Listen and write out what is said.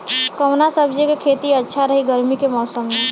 कवना सब्जी के खेती अच्छा रही गर्मी के मौसम में?